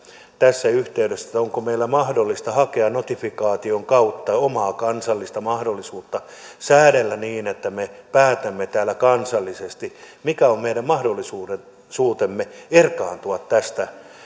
tässä yhteydessä onko meillä mahdollista hakea notifikaation kautta omaa kansallista mahdollisuutta säädellä niin että me päätämme täällä kansallisesti mikä on meidän mahdollisuutemme erkaantua